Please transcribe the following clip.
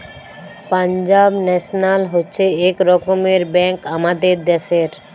Punjab national হচ্ছে এক রকমের ব্যাঙ্ক আমাদের দ্যাশের